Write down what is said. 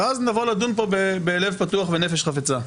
ואז נבוא לדון פה בלב פתוח ונפש חפצה.